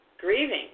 grieving